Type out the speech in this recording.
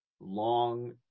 long